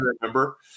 remember